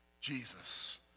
Jesus